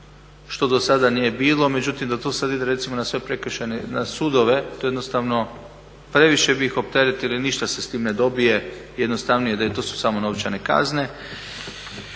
što do sada nije bilo. Međutim, da to sada ide recimo na sve prekršajne, na sudove, to jednostavno previše bi ih opteretili, ništa se sa time ne dobije, jednostavnije da jer to su samo novčane kazne.